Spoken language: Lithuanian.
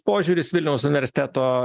požiūris vilniaus universiteto